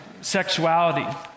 sexuality